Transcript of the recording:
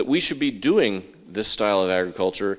that we should be doing this style of agriculture